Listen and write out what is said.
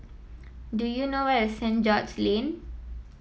do you know where is Saint George Lane